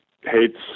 hates